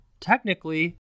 technically